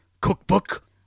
cookbook